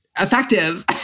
effective